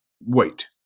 Wait